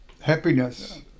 happiness